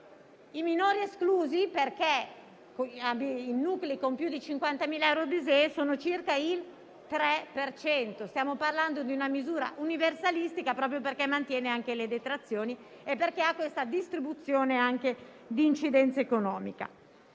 i minori esclusi, rilevo che i nuclei con più di 50.000 di ISEE sono circa il 3 per cento. Stiamo parlando di una misura universalistica proprio perché mantiene anche le detrazioni e perché ha una distribuzione anche di incidenza economica.